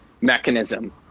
mechanism